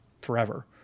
forever